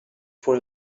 for